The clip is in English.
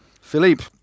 Philippe